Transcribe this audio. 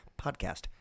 Podcast